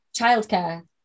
childcare